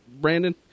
Brandon